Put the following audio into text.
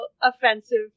offensive